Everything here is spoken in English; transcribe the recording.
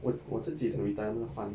我我自己的 retirement fund